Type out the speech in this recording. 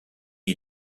est